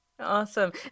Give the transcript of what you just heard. Awesome